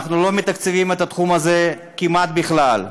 אנחנו לא מתקצבים את התחום הזה כמעט בכלל,